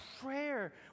prayer